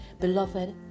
Beloved